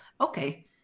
Okay